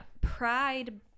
pride